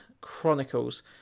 Chronicles